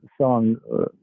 song